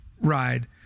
ride